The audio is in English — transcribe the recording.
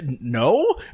No